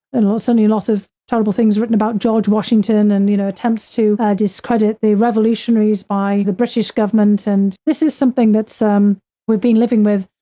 and all suddenly lots of terrible things written about george washington and, you know, attempts to discredit the revolutionaries by the british government. and this is something that's um we've been living with,